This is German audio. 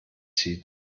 zieht